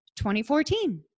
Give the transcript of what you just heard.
2014